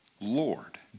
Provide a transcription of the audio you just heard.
Lord